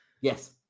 Yes